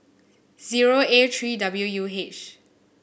zero A three W U H